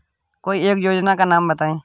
कोई एक योजना का नाम बताएँ?